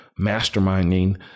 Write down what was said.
masterminding